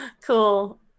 Cool